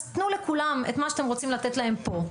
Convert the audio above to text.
אז תנו לכולם את מה שאתם רוצים לתת להם פה.